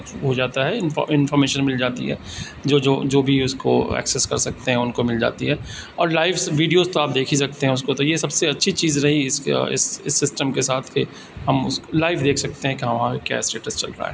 ہو جاتا ہے ان انفارمیشن مل جاتی ہے جو جو جو بھی اس کو ایکسیس کر سکتے ہیں ان کو مل جاتی ہے اور لائو ویڈیوز تو آپ دیکھ ہی سکتے ہیں اس کو تو یہ سب سے اچھی چیز رہی اس اس سسٹم کے ساتھ کہ ہم اس کو لائیو دیکھ سکتے ہیں کہ وہاں کیا اسٹیٹس چل رہا ہے